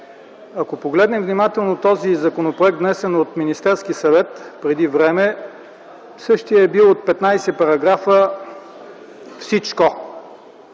Ако погледнем внимателно този законопроект, внесен от Министерския съвет, преди време същият е бил общо от 15 параграфа.